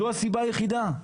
זו הסיבה היחידה.